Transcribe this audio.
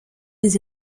les